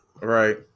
Right